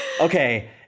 okay